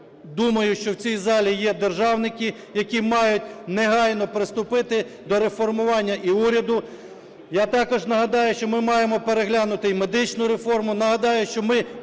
думаю, що в цій залі є державники, які мають негайно приступити до реформування і уряду. Я також нагадаю, що ми маємо переглянути і медичну реформу.